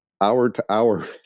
hour-to-hour